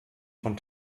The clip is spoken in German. von